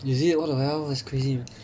is it what the hell that's crazy man